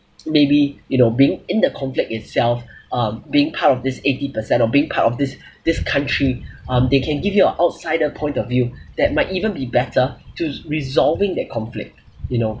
maybe you know being in the conflict itself um being part of this eighty percent or being part of this this country um they can give you a outsider point of view that might even be better to resolving that conflict you know